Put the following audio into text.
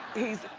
he's,